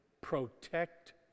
protect